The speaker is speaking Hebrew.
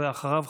ואחריו,